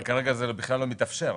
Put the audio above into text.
אבל כרגע זה בכלל לא מתאפשר.